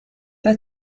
pas